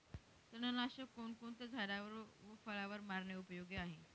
तणनाशक कोणकोणत्या झाडावर व फळावर मारणे उपयोगी आहे?